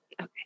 Okay